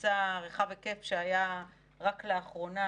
מבצע רחב-היקף שהיה רק לאחרונה